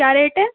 کیا ریٹ ہے